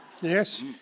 Yes